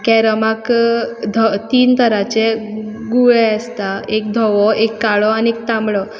कॅरमाक तीन तराचे गुळे आसता एक धवो एक काळो आनी एक तांबडो